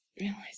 realize